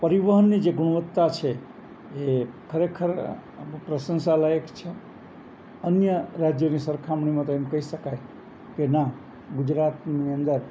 પરિવહનની જે ગુણવત્તા છે એ ખરેખર અમુક પ્રશંસાલાયક છે અન્ય રાજ્યની સરખામણીમાં તો એમ કહી શકાય કે ના ગુજરાતની અંદર